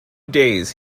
days